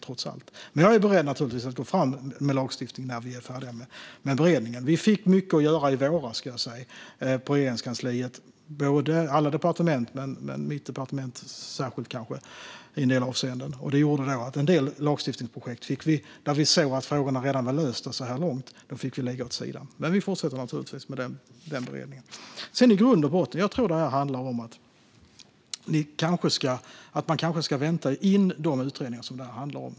Jag är naturligtvis beredd att gå fram med lagstiftning när vi är färdiga med beredningen. Regeringen fick mycket att göra i våras på Regeringskansliet. Det gällde alla departement, men särskilt mitt departement i en del avseenden. När vi såg att frågorna redan var lösta så här långt lade vi en del lagstiftningsprojekt åt sidan. Men vi fortsätter naturligtvis med den beredningen. I grund och botten handlar det om att vänta in utredningarna.